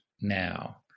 now